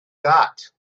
got